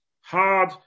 hard